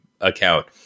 account